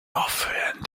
orphelin